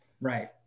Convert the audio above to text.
Right